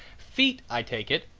feet, i take it,